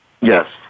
Yes